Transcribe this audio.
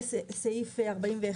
סעיף 41,